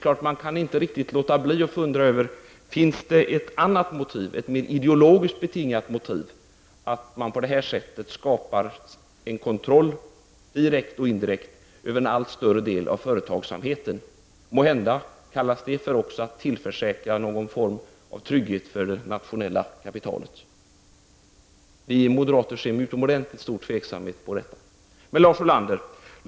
Jag kan inte riktigt låta bli att fundera över om det finns ett annat motiv, ett mer ideologiskt betingat motiv för att man på detta sätt skapar kontroll, direkt och indirekt, över en allt större del av företagsamheten. Måhända anser man sig också därmed tillförsäkra någon form av trygghet för det nationella kapitalet. Vi moderater ser med utomordentligt stor tveksamhet på detta. Lars Ulander!